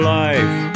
life